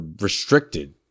restricted